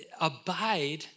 abide